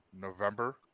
November